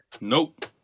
Nope